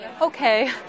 Okay